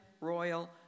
royal